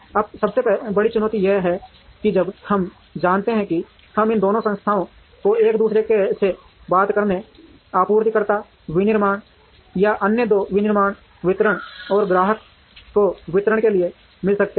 अब सबसे बड़ी चुनौती यह है कि जब हम जानते हैं कि हम इन दोनों संस्थाओं को एक दूसरे से बात करने आपूर्तिकर्ता विनिर्माण या अन्य दो विनिर्माण वितरण और ग्राहक को वितरण के लिए मिल सकते हैं